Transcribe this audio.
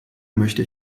möchte